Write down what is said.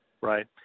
Right